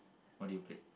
what do you play